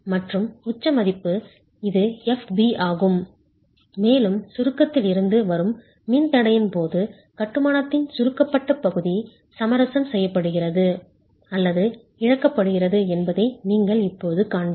மற்றும் உச்ச மதிப்பு இது Fb ஆகும் மேலும் சுருக்கத்தில் இருந்து வரும் மின்தடையின் போது கட்டுமானத்தின் சுருக்கப்பட்ட பகுதி சமரசம் செய்யப்படுகிறது அல்லது இழக்கப்படுகிறது என்பதை நீங்கள் இப்போது காண்பீர்கள்